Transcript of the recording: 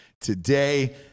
today